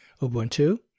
Ubuntu